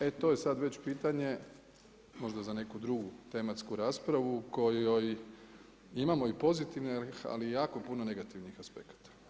E to je sada već pitanje možda za neku drugu tematsku raspravu o kojoj imamo i pozitivnih, ali i jako puno negativnih aspekata.